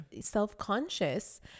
self-conscious